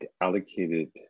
allocated